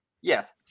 yes